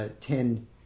ten